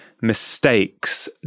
mistakes